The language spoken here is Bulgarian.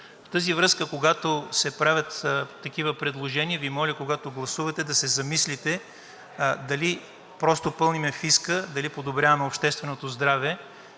В тази връзка, когато се правят такива предложения, Ви моля, когато гласувате, да се замислите дали просто пълним фиска, дали подобряваме общественото здраве